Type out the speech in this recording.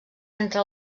entre